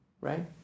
Right